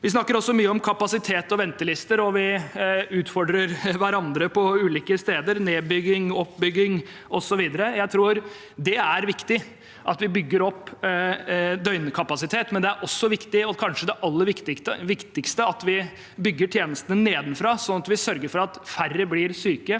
Vi snakker også mye om kapasitet og ventelister, og vi utfordrer hverandre på ulike steder – nedbygging, oppbygging osv. Jeg tror det er viktig at vi bygger opp døgnkapasitet, men det kanskje aller viktigste er at vi bygger tjenestene nedenfra, slik at vi sørger for at færre blir syke,